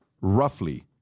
roughly